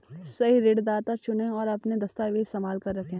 सही ऋणदाता चुनें, और अपने दस्तावेज़ संभाल कर रखें